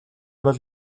бол